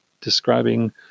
describing